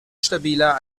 stabiler